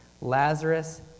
Lazarus